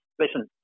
Listen